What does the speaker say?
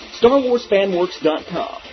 StarWarsFanWorks.com